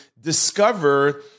discover